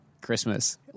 Christmas